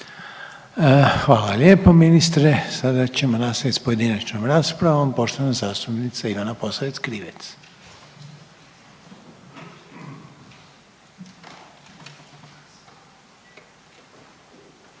Hvala lijepo ministre. Sada ćemo nastaviti s pojedinačnom raspravom, poštovana zastupnica Ivana Posavec-Krivec.